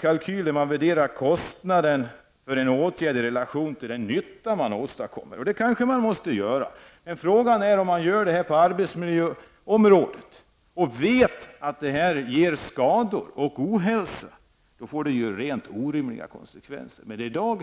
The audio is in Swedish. kalkyl där man ställer kostnaden för en åtgärd i relation till den nytta man åstadkommer. Det kanske man måste göra. Men om man gör det på arbetsmiljöområdet och vet att det leder till skador och ohälsa, får det orimliga konsekvenser.